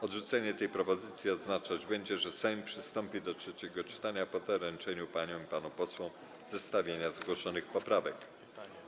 Odrzucenie tej propozycji oznaczać będzie, że Sejm przystąpi do trzeciego czytania po doręczeniu paniom i panom posłom zestawienia zgłoszonych poprawek.